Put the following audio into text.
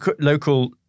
Local